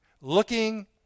looking